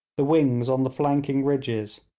the wings on the flanking ridges,